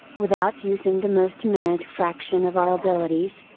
without using the most minute fraction of our abilities,